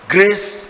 Grace